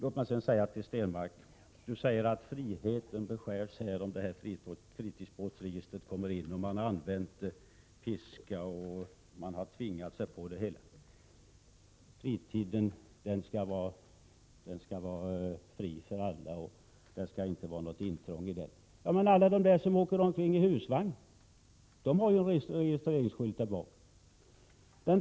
Per Stenmarck säger att friheten beskärs genom fritidsbåtsregistret. Man har använt ord som ”piska”, och man anser sig ha blivit påtvingad det hela. Fritiden skall vara fri för alla, och det skall inte förekomma något intrång i den. Alla de som åker omkring i husvagn har ju registreringsskyltar på den.